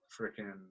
freaking